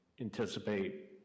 anticipate